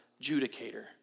judicator